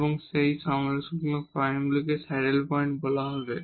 এবং সেই ক্রিটিকাল পয়েন্টগুলিকে স্যাডল পয়েন্ট বলা হবে